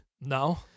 No